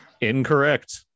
Incorrect